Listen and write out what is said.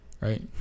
Right